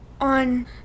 on